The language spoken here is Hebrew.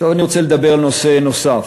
אני רוצה לדבר על נושא נוסף,